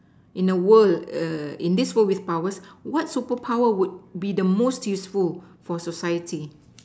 in a world in this world of powers what superpower would be the most useful with society